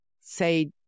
say